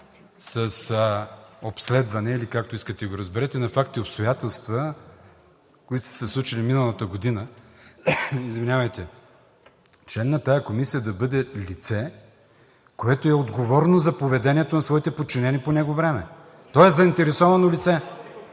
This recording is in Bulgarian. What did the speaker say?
с обследване, или както искате го разберете, на факти и обстоятелства, които са се случили миналата година, член на тази комисия да бъде лице, което е отговорно за поведението на своите подчинени по него време! То е заинтересовано лице!